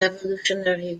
revolutionary